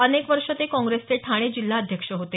अनेक वर्ष ते काँग्रेसचे ठाणे जिल्हा अध्यक्ष होते